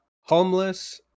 Homeless